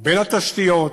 בין התשתיות,